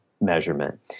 measurement